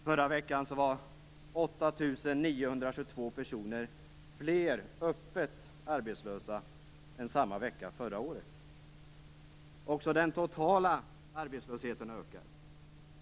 Förra veckan var 8 922 personer fler öppet arbetslösa än samma vecka förra året. Också den totala arbetslösheten ökar.